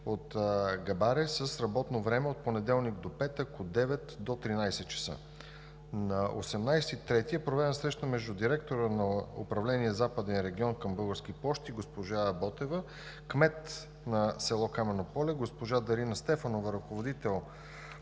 от Габаре с работно време от понеделник до петък от 9,00 ч. – 13,00 ч. На 18 март 2019 г. е проведена среща между директора на Управление „Западен регион“ към „Български пощи“ госпожа Ботева, кмета на село Камено поле госпожа Дарина Стефанова, ръководителя